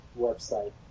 website